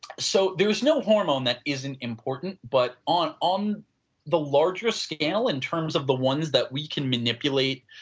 so, there is no hormone that isn't important but on on the larger scale in terms of the ones that we can manipulate